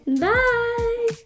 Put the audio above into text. Bye